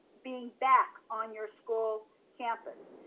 being back on your school campus?